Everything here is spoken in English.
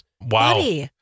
Wow